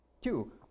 Two